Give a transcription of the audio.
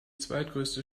zweitgrößte